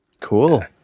cool